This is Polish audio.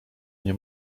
nie